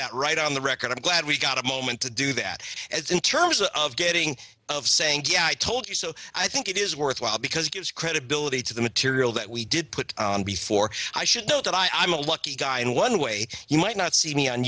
that right on the record i'm glad we got a moment to do that as in terms of getting of saying i told you so i think it is worthwhile because it gives credibility to the material that we did put on before i should know that i'm a lucky guy in one way you might not see me on